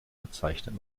bezeichnet